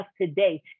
today